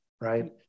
right